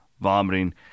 vomiting